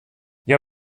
hja